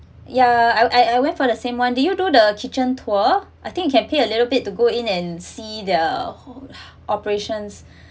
ya I I went for the same one do you do the kitchen tour I think can pay a little bit to go in and see their operations